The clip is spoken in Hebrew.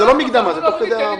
הגשת?